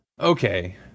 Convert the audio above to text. okay